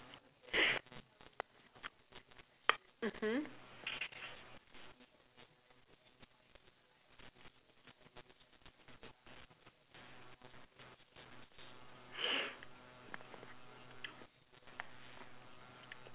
mmhmm